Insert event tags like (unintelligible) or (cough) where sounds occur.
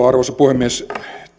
(unintelligible) arvoisa puhemies